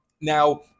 Now